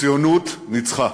הציונות ניצחה,